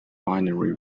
binary